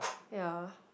ya